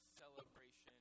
celebration